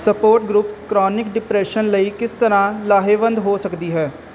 support groups chronic depression ਲਈ ਕਿਸ ਤਰ੍ਹਾਂ ਲਾਹੇਵੰਦ ਹੋ ਸਕਦੀ ਹੈ